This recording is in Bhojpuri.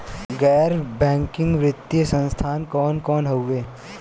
गैर बैकिंग वित्तीय संस्थान कौन कौन हउवे?